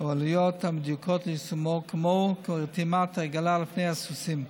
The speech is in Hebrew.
העלויות המדויקות ליישומו כמוהו כרתימת העגלה לפני הסוסים.